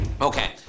Okay